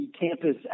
campus